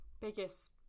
biggest